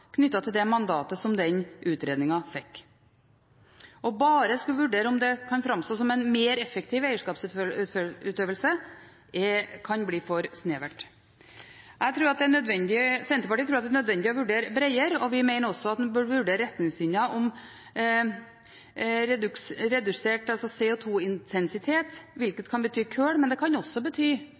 til det mandatet som den utredningen fikk. Bare å skulle vurdere om det kan framstå som en mer effektiv eierskapsutøvelse, kan bli for snevert. Senterpartiet tror det er nødvendig å vurdere bredere, og vi mener også at en bør vurdere retningslinjer om redusert CO2-intensitet, hvilket kan bety kull, men det kan også bety